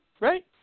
right